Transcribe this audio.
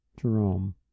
Jerome